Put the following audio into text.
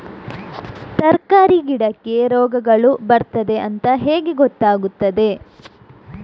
ತರಕಾರಿ ಗಿಡಕ್ಕೆ ರೋಗಗಳು ಬರ್ತದೆ ಅಂತ ಹೇಗೆ ಗೊತ್ತಾಗುತ್ತದೆ?